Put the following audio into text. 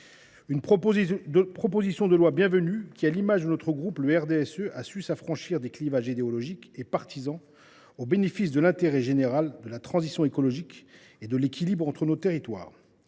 Cette proposition de loi est bienvenue et, à l’image du groupe du RDSE, elle a su s’affranchir des clivages idéologiques et partisans au bénéfice de l’intérêt général, de la transition écologique et de l’équilibre entre nos territoires.